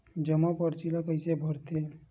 जमा परची ल कइसे भरथे?